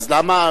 אז למה,